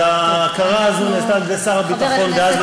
אבל ההכרה הזאת נעשתה על-ידי שר הביטחון דאז,